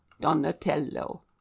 donatello